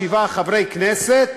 שבעה חברי כנסת,